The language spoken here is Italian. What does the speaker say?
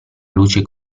luce